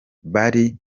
bari